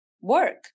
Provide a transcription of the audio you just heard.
work